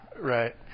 right